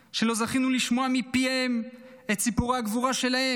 שלא זכינו לשמוע מפיהם את סיפורי הגבורה שלהם.